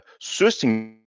sourcing